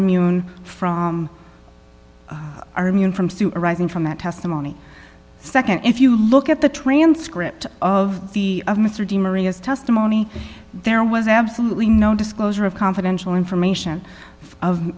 immune from are immune from sue rising from that testimony nd if you look at the transcript of the of mr de maria's testimony there was absolutely no disclosure of confidential information of